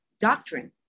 doctrine